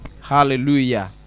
Hallelujah